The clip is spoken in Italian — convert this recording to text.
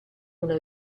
una